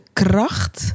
kracht